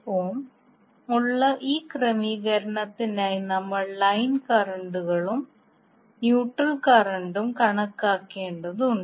ഉള്ള ഈ ക്രമീകരണത്തിനായി നമ്മൾ ലൈൻ കറന്റുകളും ന്യൂട്രൽ കറന്റും കണക്കാക്കേണ്ടതുണ്ട്